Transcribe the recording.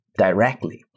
Directly